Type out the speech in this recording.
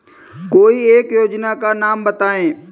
कोई एक योजना का नाम बताएँ?